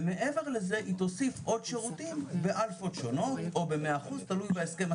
לגבי מודל הפנימיות, חוץ מאותם חולים מעוכבים,